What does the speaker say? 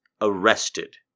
arrested